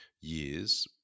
years